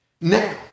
now